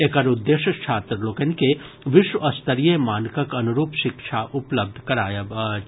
एकर उद्देश्य छात्र लोकनि के विश्वस्तरीय मानकक अनुरूप शिक्षा उपलब्ध करायब अछि